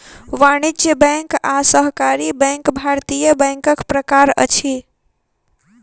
वाणिज्य बैंक आ सहकारी बैंक भारतीय बैंकक प्रकार अछि